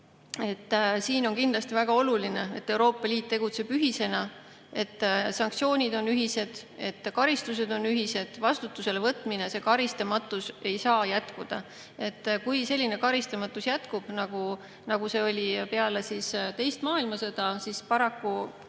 Siin on kindlasti väga oluline, et Euroopa Liit tegutseb ühtsena, et sanktsioonid on ühised ja karistused on ühised, vastutusele võtmine. See karistamatus ei saa jätkuda. Kui selline karistamatus jätkub, nagu see oli peale teist maailmasõda, siis paraku